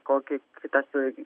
kokį kitas